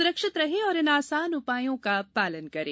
सुरक्षित रहें और इन आसान उपायों का पालन करें